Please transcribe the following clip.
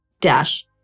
dash